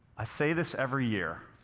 i say this every year,